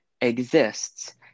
exists